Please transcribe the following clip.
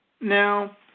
Now